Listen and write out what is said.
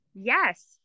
Yes